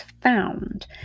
found